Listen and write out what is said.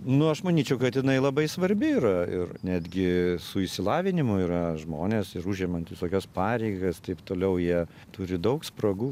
nu aš manyčiau kad jinai labai svarbi yra ir netgi su išsilavinimu yra žmonės užimantys tokias pareigas taip toliau jie turi daug spragų